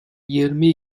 yirmi